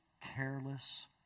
careless